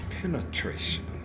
penetration